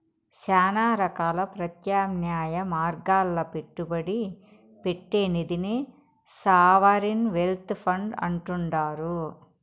శానా రకాల ప్రత్యామ్నాయ మార్గాల్ల పెట్టుబడి పెట్టే నిదినే సావరిన్ వెల్త్ ఫండ్ అంటుండారు